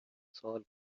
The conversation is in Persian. سوال